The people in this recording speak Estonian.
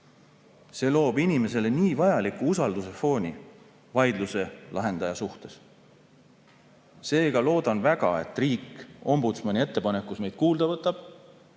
See loob inimesele vajaliku usalduse fooni vaidluse lahendaja suhtes. Seega loodan väga, et riik ombudsmani ettepaneku koha pealt meid kuulda võtab